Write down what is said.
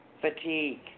fatigue